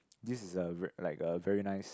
this is a like a very nice